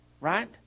right